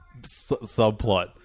subplot